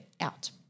out